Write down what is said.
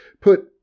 Put